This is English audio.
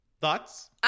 Thoughts